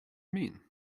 mean